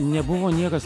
nebuvo niekas